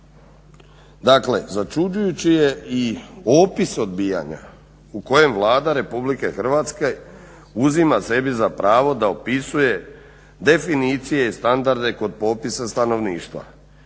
Dakle, začuđujući je i opis odbijanja u kojem Vlada Republike Hrvatske uzima sebi za pravo da opisuje definicije i standarde kod popisa stanovništva